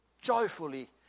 joyfully